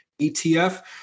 ETF